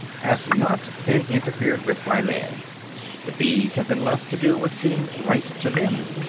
has not been interfered with by man the bees have been left to do what seemed right to them.